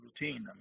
routine